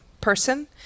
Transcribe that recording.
person